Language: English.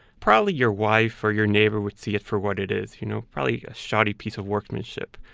probably your wife or your neighbor would see it for what it is, you know, probably a shoddy piece of workmanship.